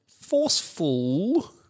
forceful